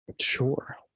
Sure